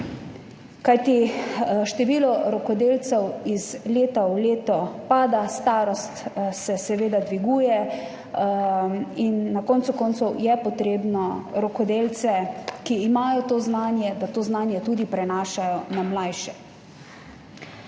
kajti število rokodelcev iz leta v leto pada, starost se seveda dviguje in na koncu koncev je potrebno, da rokodelci, ki imajo to znanje, to znanje tudi prenašajo na mlajše.